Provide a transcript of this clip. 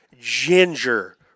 ginger